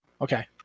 Okay